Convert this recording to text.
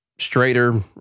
straighter